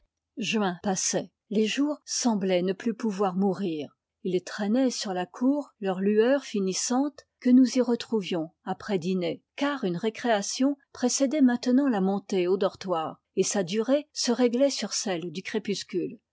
juin passait les jours semblaient ne plus pouvoir mourir ils traînaient sur la cour eur lueur finissante que nous y retrouvions après le dîner car une récréation précédait maintenant la montée au dortoir et sa durée se réglait sur celle du crépuscule